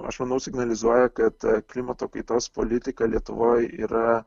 aš manau signalizuoja kad klimato kaitos politika lietuvoj yra